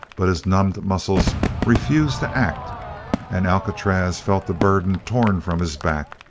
but his numbed muscles refused to act and alcatraz felt the burden torn from his back,